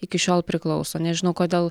iki šiol priklauso nežinau kodėl